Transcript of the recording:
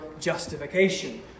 justification